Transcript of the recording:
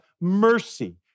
mercy